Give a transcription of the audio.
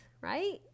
right